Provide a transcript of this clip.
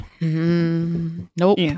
Nope